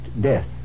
death